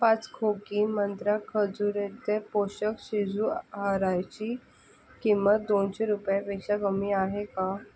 पाच खोकी मंत्रा खजुरे ते पोषक शिशु आहाराची किंमत दोनशे रुपयापेक्षा कमी आहे का